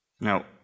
Now